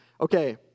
Okay